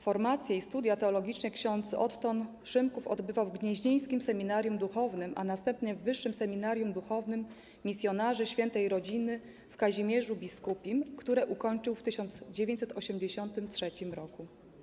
Formację i studia teologiczne ks. Otton Szymków odbywał w gnieźnieńskim seminarium duchownym, a następnie w Wyższym Seminarium Duchownym Misjonarzy Świętej Rodziny w Kazimierzu Biskupim, które ukończył w 1983 r.